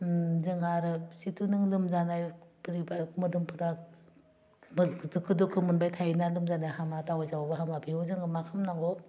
जोंहा आरो जिथु नों लोमजानाय बोरैबा मोदोमफ्रा दोखो दोखो मोनबाय थायोना लोमजानाय हामा दावै जाबाबो हामा बेयाव जोङो मा खालामनांगौ